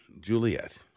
Juliet